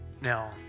Now